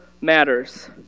matters